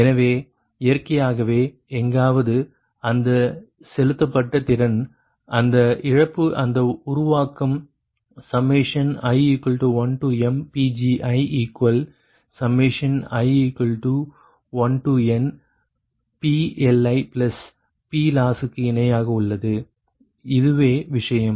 எனவே இயற்கையாகவே எங்காவது அந்த செலுத்தப்பட்ட திறன் அந்த இழப்பு அந்த உருவாக்கம் i1mPgii1nPLiPloss க்கு இணையாக உள்ளது இதுவே விஷயம்